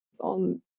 on